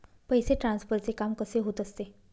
पैसे ट्रान्सफरचे काम कसे होत असते?